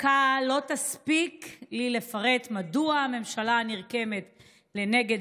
דקה לא תספיק לי לפרט מדוע הממשלה הנרקמת לנגד